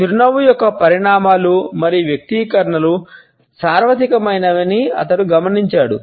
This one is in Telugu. చిరునవ్వు యొక్క పరిణామాలు మరియు వ్యక్తీకరణలు సార్వత్రికమైనవని అతను గమనించాడు